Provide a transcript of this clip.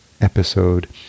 episode